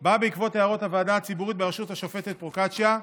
בא בעקבות הערות הוועדה הציבורית בראשות השופטת פרוקצ'יה,